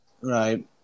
Right